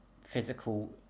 physical